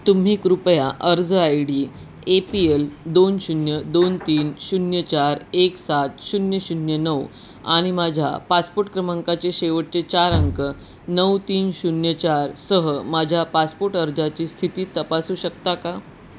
तुम्ही कृपया अर्ज I D A P L दोन शून्य दोन तीन शून्य चार एक सात शून्य शून्य नऊ आणि माझ्या पासपोर्ट क्रमांकाचे शेवटचे चार अंक नऊ तीन शून्य चारसह माझ्या पासपोर्ट अर्जाची स्थिती तपासू शकता का